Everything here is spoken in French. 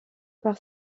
par